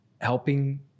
helping